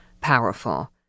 powerful